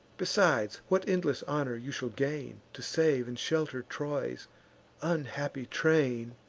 besides, what endless honor you shall gain, to save and shelter troy's unhappy train!